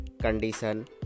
condition